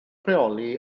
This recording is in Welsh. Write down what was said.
rheoli